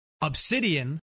Obsidian